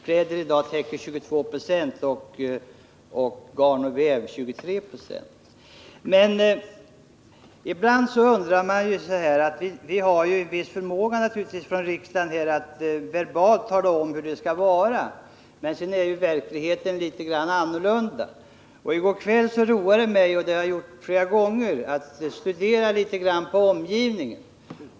Kläder utgör 22 26, garn och vävnader 23 9. Vi har naturligtvis vissa möjligheter att från riksdagen åtminstone verbalt tala om hur det skall vara, men sedan är det ju litet annorlunda i verkligheten. I går kväll roade jag mig med att — och det har jag gjort flera gånger tidigare — att studera omgivningen.